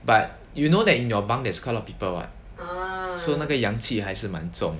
but you know that in your bunk there's quite a lot of people [what] so 那个阳气还是蛮重的